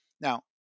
Now